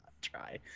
try